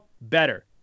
better